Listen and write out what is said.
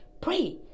pray